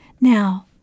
Now